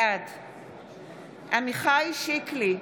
בעד עמיחי שיקלי,